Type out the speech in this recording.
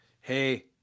Hey